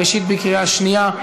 ראשית בקריאה שנייה.